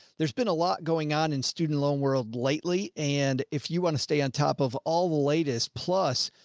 there's been a lot going on in student loan world lately, and if you want to stay on top of all the latest plus,